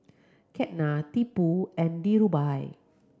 Ketna Tipu and Dhirubhai